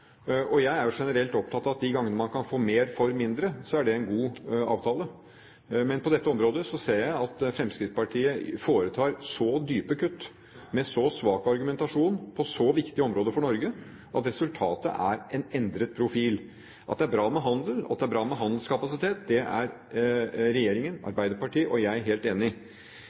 Jeg er jo generelt opptatt av at de gangene man kan få mer for mindre, så er det en god avtale. Men på dette området ser jeg at Fremskrittspartiet foretar så dype kutt med en så svak argumentasjon på så viktige områder for Norge at resultatet er en endret profil. At det er bra med handel, og at det er bra med handelskapasitet, er regjeringen, Arbeiderpartiet og jeg helt enig i.